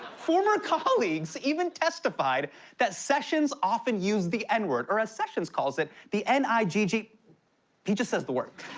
former colleagues even testified that sessions often use the n-word or as sessions calls it the n i g g he just says the word.